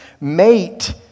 mate